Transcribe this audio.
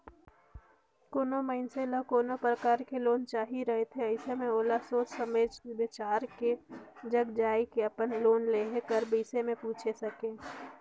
कोनो मइनसे ल कोनो परकार ले लोन चाहिए रहथे अइसे में ओला सोझ बेंकदार जग जाए के अपन लोन लेहे कर बिसे में पूइछ सके